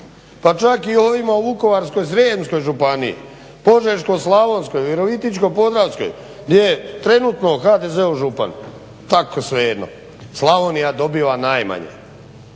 pa čak i ovima u Vukovarsko-srijemskoj županiji, Požeško-slavonskoj, Virovitičko-podravskoj gdje je trenutno HDZ-ov župan tako svejedno, Slavonija dobiva najmanje.